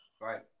Right